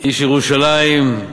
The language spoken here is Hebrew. איש ירושלים,